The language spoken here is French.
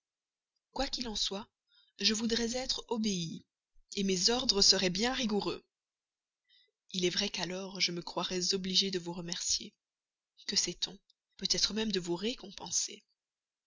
quoi qu'il en soit je voudrais être obéie mes ordres seraient bien rigoureux il est vrai qu'alors je me croirais obligée de vous remercier que sait-on peut-être même de vous récompenser